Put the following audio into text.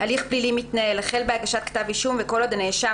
""הליך פלילי מתנהל" החל בהגשת כתב אישום וכל עוד הנאשם